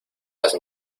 las